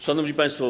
Szanowni Państwo!